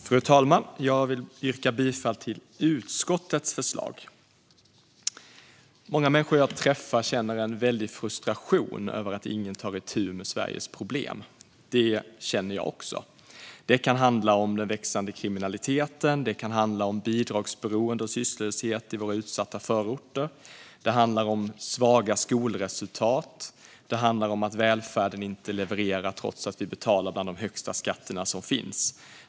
Fru talman! Jag vill yrka bifall till utskottets förslag. Många människor jag träffar känner en väldig frustration över att ingen tar itu med Sveriges problem. Det känner jag också. Det kan handla om den växande kriminaliteten, bidragsberoende och sysslolöshet i våra utsatta förorter, svaga skolresultat eller om att välfärden inte levererar trots att vi betalar bland de högsta skatter som finns.